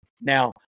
Now